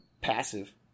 passive